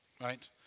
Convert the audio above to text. right